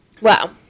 Wow